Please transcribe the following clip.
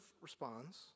responds